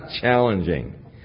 challenging